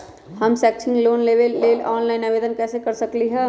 हम शैक्षिक लोन लेबे लेल ऑनलाइन आवेदन कैसे कर सकली ह?